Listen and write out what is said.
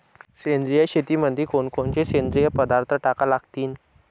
सेंद्रिय शेतीमंदी कोनकोनचे सेंद्रिय पदार्थ टाका लागतीन?